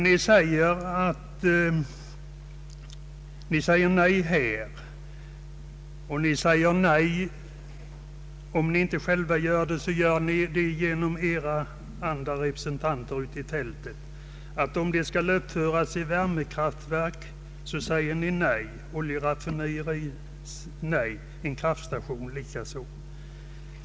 Ni reservanter säger nej här, och om ni inte själva gör det så säger edra representanter ute på fältet nej till uppförande av värmekraftverk, oljeraffinaderier och vattenkraftstationer.